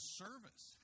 service